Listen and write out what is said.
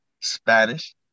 Spanish